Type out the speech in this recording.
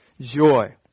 joy